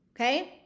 Okay